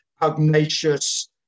pugnacious